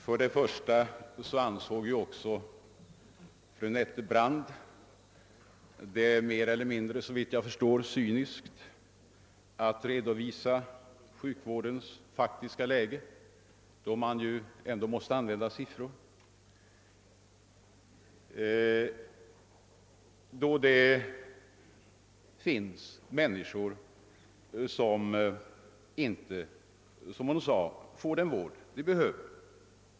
Fru Nettelbrandt ansåg det, såvitt jag förstår, mer eller mindre cyniskt att redovisa sjukvårdens faktiska läge med siffror, då det finns människor vilka inte, som hon sade, får den vård de behöver.